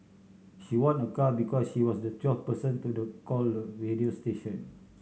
she won a car because she was the twelfth person to the caller radio station